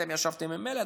אתם ישבתם עם אלה,